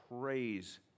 praise